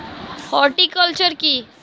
Horticulture কি?